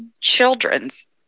children's